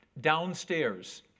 downstairs